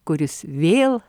kuris vėl